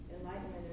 enlightenment